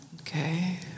Okay